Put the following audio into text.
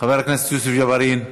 חבר הכנסת יוסף ג'בארין,